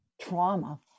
trauma